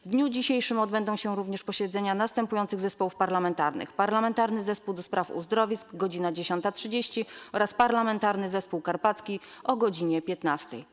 W dniu dzisiejszym odbędą się również posiedzenia następujących zespołów parlamentarnych: - Parlamentarnego Zespołu ds. Uzdrowisk - godz. 10.30, - Parlamentarnego Zespołu Karpackiego - godz. 15.